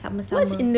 sama-sama